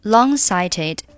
Long-sighted